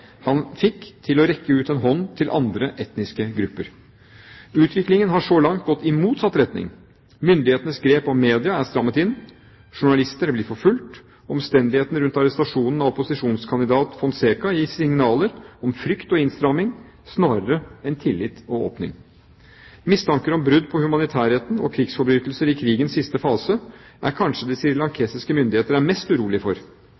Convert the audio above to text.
han fikk, til å rekke ut en hånd til andre etniske grupper. Utviklingen har så langt gått i motsatt retning. Myndighetenes grep om media er strammet inn. Journalister er blitt forfulgt. Omstendighetene rundt arrestasjonen av opposisjonskandidat Fonseka gir signaler om frykt og innstramming snarere enn tillit og åpning. Mistanker om brudd på humanitærretten og krigsforbrytelser i krigens siste fase er kanskje det srilankiske myndigheter er mest urolige for.